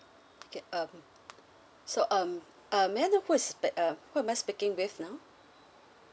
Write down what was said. okay um so um uh may I know who is spea~ uh who am I speaking with now